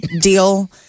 deal